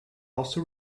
also